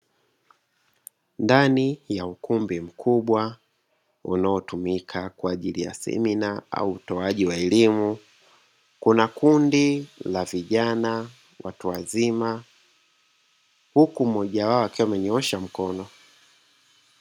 Ndani ya ukumbi mkubwa unaotumika kwa ajili ya semina au utoaji wa elimu, kuna kundi la vijana watu wazima huku mmoja wao akiwa amenyoosha mkono.